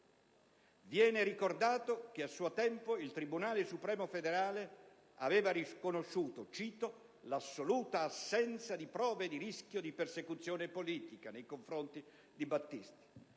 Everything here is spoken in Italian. viene ricordato che a suo tempo il Tribunale supremo federale aveva riconosciuto «l'assoluta assenza di prove di rischio di persecuzione politica» nei confronti di Battisti;